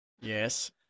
Yes